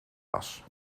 was